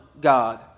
God